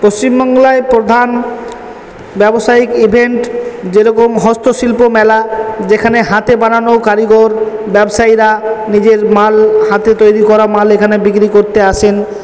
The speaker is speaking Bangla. পশ্চিমবাংলায় প্রধান ব্যবসায়িক ইভেন্ট রকম হস্তশিল্প মেলা যেখানে হাতে বানানো কারিগর ব্যবসায়ীরা নিজের মাল হাতে তৈরি করা মাল এখানে বিক্রি করতে আসেন